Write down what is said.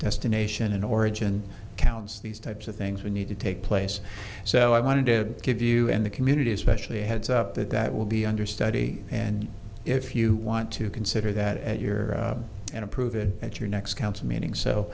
destination and origin counts these types of things we need to take place so i wanted to give you and the community especially heads up that that will be under study and if you want to consider that you're in approve it at your next council meeting so